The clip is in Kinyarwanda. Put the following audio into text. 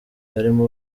harimo